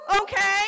Okay